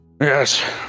Yes